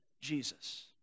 Jesus